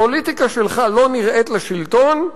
הפוליטיקה שלך לא נראית לשלטון,